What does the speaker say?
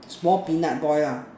small peanut boy lah